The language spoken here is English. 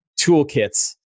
toolkits